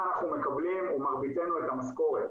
איך אנחנו מקבלים את המשכורת.